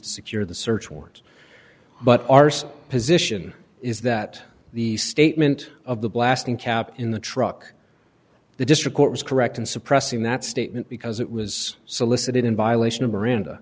to secure the search warrant but arse position is that the statement of the blasting cap in the truck the district court was correct in suppressing that statement because it was solicited in violation of miranda